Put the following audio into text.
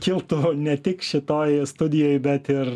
kiltų ne tik šitoj studijoj bet ir